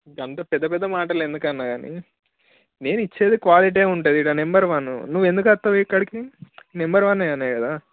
అంత పెద్ద పెద్ద మాటలు ఎందుకన్నా గానీ నేను ఇచ్చేది క్వాలిటీ ఉంటుంది ఇక్కడ నెంబర్ వన్ నువ్వు ఎందుకు వస్తావు ఇక్కడికి నెంబర్ వన్ అనే కదా